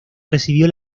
recibió